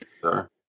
Sure